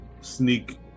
sneak